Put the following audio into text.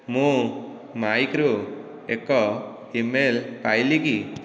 ମୁଁ ମାଇକରୁ ଏକ ଇମେଲ ପାଇଲି କି